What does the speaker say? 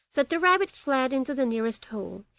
that the rabbit fled into the nearest hole,